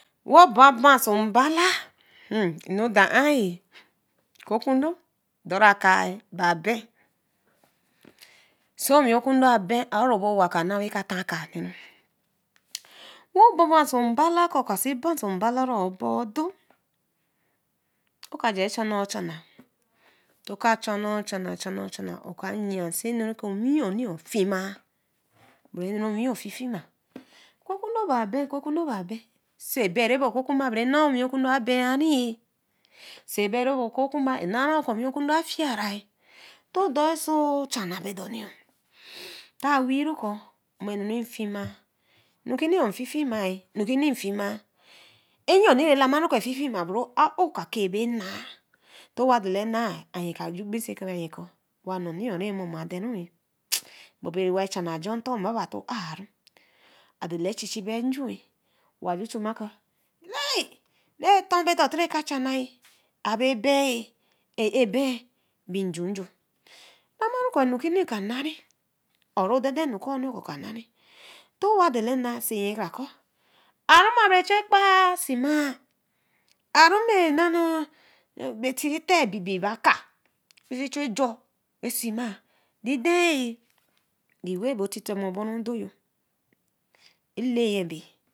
Wo banbanso bala. anu doan eh kokun do dora akai ye. bae ben so okundo wa ben. so orobo waka ra ka ton akai neru. so baban somo bala sai ban odo oka jen chana o chana. oka chana ochan chana o chana yian so wen owino fima or owinyo fifima kokundo bae ben. kokundo bae ben sai bae wey bae owekunba ra nah owekundo a ben a niye sai bae ra bae okofunba ra fiera eh ta weehru ko a nu fima. anu no fifma. nukuni fimah. Lamoru ko anuki noh a nari. aowe ra dadan anuki ni. wa nara. Aru ma nanu. bae ba kai jo rai sima. the way o tite oboru odoyo. alaeye bey